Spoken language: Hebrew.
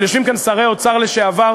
אבל יושבים כאן שרי אוצר לשעבר,